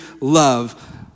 love